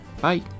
Bye